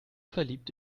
verliebt